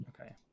Okay